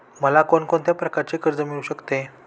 मला कोण कोणत्या प्रकारचे कर्ज मिळू शकते?